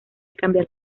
cambiar